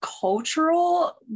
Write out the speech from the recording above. cultural